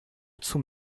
zum